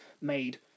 made